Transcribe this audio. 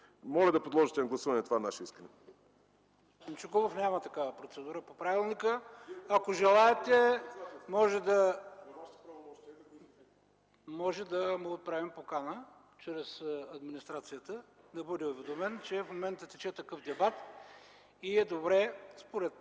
Моля да подложите на гласуване това наше искане.